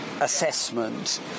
assessment